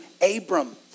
Abram